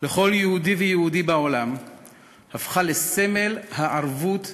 לכל יהודי ויהודי בעולם הפכה לסמל הערבות ההדדית.